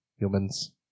humans